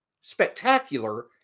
spectacular